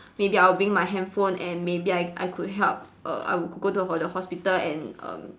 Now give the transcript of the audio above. maybe I will bring my handphone and maybe I I could help err I would g~ go to the ho~ the hospital and um